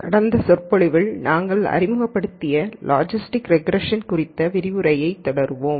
கடந்த சொற்பொழிவில் நாங்கள் அறிமுகப்படுத்திய லாஜிஸ்டிக் ரெக்ரேஷன் குறித்த விரிவுரையைத் தொடருவோம்